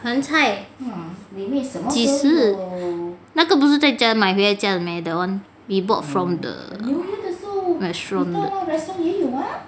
盆菜几时那个不是在家买回来家的 meh that [one] we bought from the restaurant 的